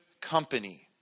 company